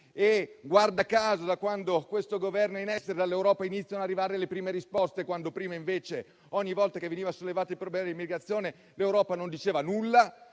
E, guarda caso, da quando questo Governo è in essere, dall'Europa iniziano ad arrivare le prime risposte. Prima, invece, ogni volta che veniva sollevato il problema dell'immigrazione, l'Europa non diceva nulla.